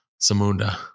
Samunda